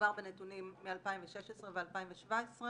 מדובר בנתונים מ-2016 ו-2017.